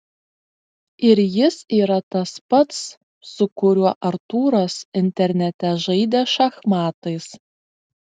ir jis yra tas pats su kuriuo artūras internete žaidė šachmatais